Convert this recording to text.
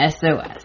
SOS